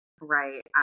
right